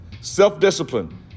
Self-discipline